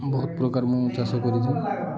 ବହୁତ ପ୍ରକାର ମୁଁ ଚାଷ କରିଥାଏ